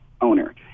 owner